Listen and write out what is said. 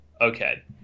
Okay